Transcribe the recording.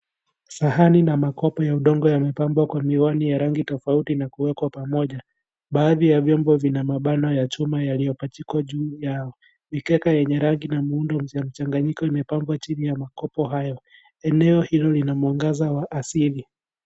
Sahani na makopo ya udongo yamepambwa kwa miwani ya rangi tofauti na kuekwa pamoja , baadhi ya vyombo vina mabano ya chuma yaliyopachikwa juu yao mikeka yenye rangi na muundo ya mchanganyiko imepangwa chini ya makopo hayo eneo hilo lina mwangaza wa asili.